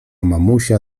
mamusia